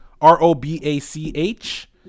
R-O-B-A-C-H